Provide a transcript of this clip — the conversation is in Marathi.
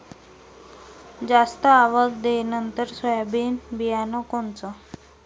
जास्त आवक देणनरं सोयाबीन बियानं कोनचं?